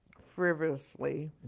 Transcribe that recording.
frivolously